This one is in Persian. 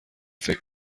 فکر